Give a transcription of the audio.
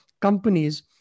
companies